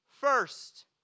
first